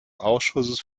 ausschusses